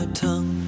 tongue